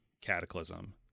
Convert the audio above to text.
cataclysm